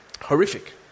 Horrific